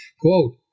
Quote